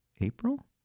April